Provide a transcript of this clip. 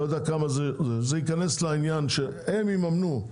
לא יודע כמה זה והם יממנו.